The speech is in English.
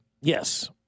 Yes